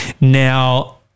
Now